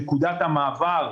שנקודת המעבר,